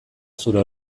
zure